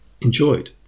enjoyed